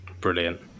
Brilliant